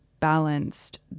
balanced